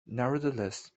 nevertheless